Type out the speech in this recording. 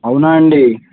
అవునా అండీ